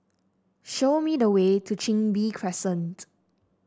show me the way to Chin Bee Crescent